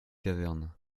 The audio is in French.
caverne